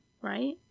Right